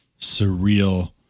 surreal